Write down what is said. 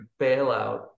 bailout